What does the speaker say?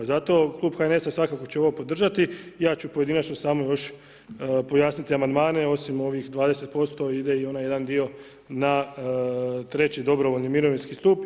Zato Klub HNS-a svakako će ovo podržati i ja ću pojedinačno samo još pojasniti amandmane osim ovih 20% ide i onaj jedan dio na treći dobrovoljni mirovinski stup.